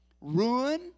ruin